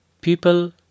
people